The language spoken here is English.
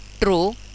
True